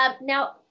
Now